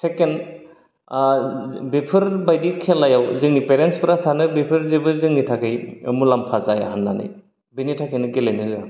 second ओ बेफोरबायदि खेलायाव जोंनि पेरेन्टस फोरा सानो बेफोर जेबो जोंनि थाखै मुलाम्फा जाया होननानै बिनि थाखायनो गेलेनो होवा